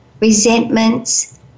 resentments